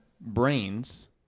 brains